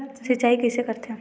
सिंचाई कइसे करथे?